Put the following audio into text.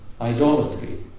idolatry